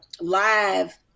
live